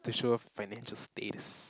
to show off financial status